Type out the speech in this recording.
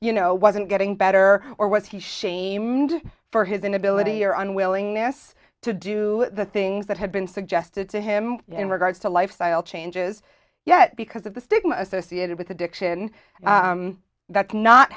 you know wasn't getting better or was he shamed for his inability or unwillingness to do the things that had been suggested to him in regards to lifestyle changes yet because of the stigma associated with addiction that's not